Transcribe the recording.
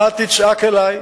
מה תצעק אלי,